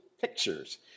pictures